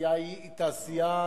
שהיא תעשייה,